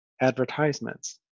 Advertisements